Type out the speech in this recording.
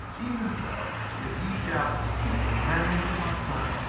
even so if ye shall keep the commandments of my son,